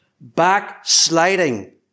backsliding